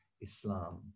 Islam